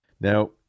Now